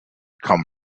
come